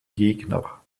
gegner